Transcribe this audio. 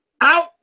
out